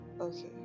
okay